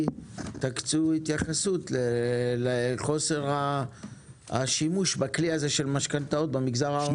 תקצו התייחסות לחוסר השימוש בכלי הזה של משכנתאות במגזר הערבי.